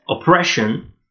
oppression